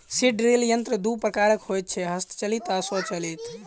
seed drill यंत्र दू प्रकारक होइत छै, हस्तचालित आ स्वचालित